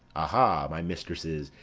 ah ha, my mistresses!